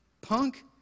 punk